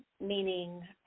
meaning